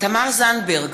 תמר זנדברג,